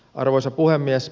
arvoisa puhemies